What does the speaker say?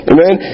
Amen